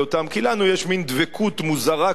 כי לנו יש מין דבקות מוזרה כזאת,